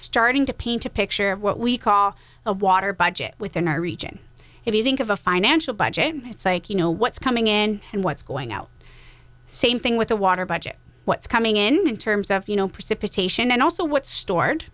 starting to paint a picture of what we call a water budget within our region if you think of a financial budget it's like you know what's coming in and what's going out same thing with the water budget what's coming in in terms of you know precipitation and also what stored